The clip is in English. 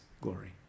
glory